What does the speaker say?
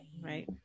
Right